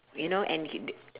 you know and h~ d~